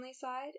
side